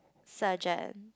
surgeon